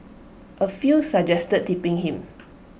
A few suggested tipping him